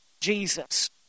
Jesus